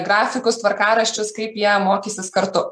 grafikus tvarkaraščius kaip jie mokysis kartu